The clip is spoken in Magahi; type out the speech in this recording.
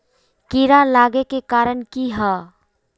कीड़ा लागे के कारण की हाँ?